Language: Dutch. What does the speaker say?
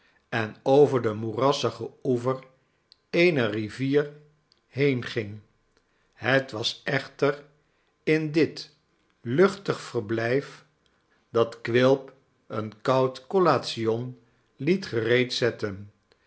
en over den moerassigen oever eener rivier heen hing het was echter in dit luchtig verblijf dat quilp een koud collation liet gereedzetten